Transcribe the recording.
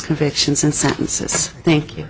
convictions and sentences thank you